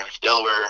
Delaware